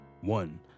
One